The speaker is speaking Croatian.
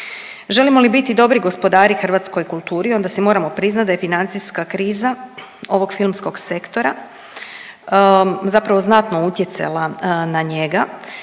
Želimo li biti dobri gospodari hrvatskoj kulturi onda si moram priznat da je financijska kriza ovog filmskog sektora zapravo znatno utjecala na njega